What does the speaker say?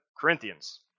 Corinthians